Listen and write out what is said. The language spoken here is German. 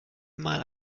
mal